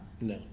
no